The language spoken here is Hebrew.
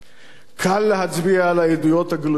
קל להצביע על העדויות הגלויות לעין